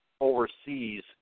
overseas